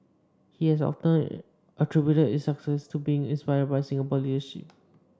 he has often attributed its success to being inspired by Singapore leadership